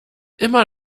immer